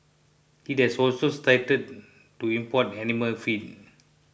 it has also started to import animal feed